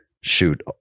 shoot